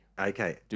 Okay